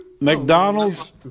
McDonald's